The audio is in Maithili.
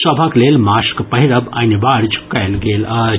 सभक लेल मास्क पहिरब अनिवार्य कयल गेल अछि